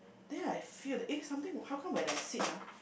then I feel that eh how come when I sit ah